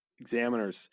examiners